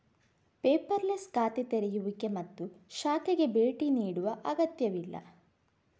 paperless ಖಾತೆ ತೆರೆಯುವಿಕೆ ಮತ್ತು ಶಾಖೆಗೆ ಭೇಟಿ ನೀಡುವ ಅಗತ್ಯವಿಲ್ಲ